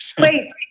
Wait